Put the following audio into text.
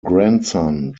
grandson